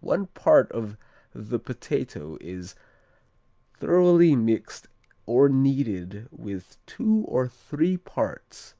one part of the potato is thoroughly mixed or kneaded with two or three parts